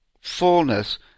fullness